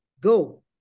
go